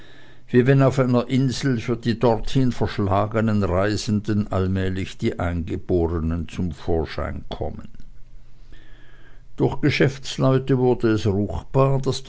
wie wenn auf einer insel für die dorthin verschlagenen reisenden allmählich die eingeborenen zum vorschein kommen durch geschäftsleute wurde es ruchbar